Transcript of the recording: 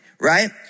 right